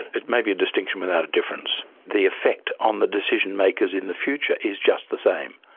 it may be a distinction without a difference. the effect on the decision-makers in the future is just the same.